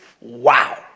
Wow